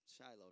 Shiloh